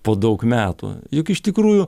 po daug metų juk iš tikrųjų